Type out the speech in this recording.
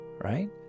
right